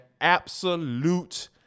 absolute